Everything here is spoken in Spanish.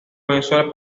mensual